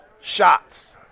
shots